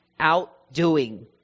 outdoing